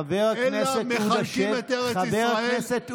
אבו יאיר היה, חבר הכנסת עודה,